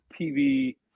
tv